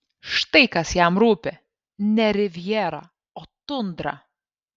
štai kas jam rūpi ne rivjera o tundra